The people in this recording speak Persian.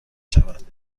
شود